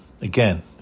again